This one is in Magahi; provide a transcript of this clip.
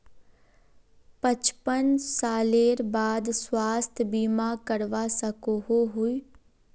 पचपन सालेर बाद स्वास्थ्य बीमा करवा सकोहो ही?